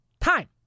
time